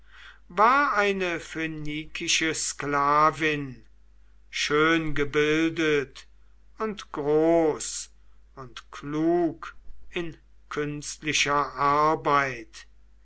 war eine phönikische sklavin schöngebildet und groß und klug in künstlicher arbeit